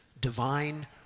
divine